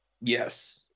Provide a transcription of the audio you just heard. yes